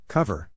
Cover